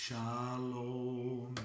Shalom